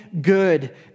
good